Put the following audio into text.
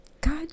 God